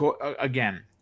again